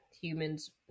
humans